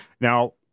Now